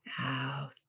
out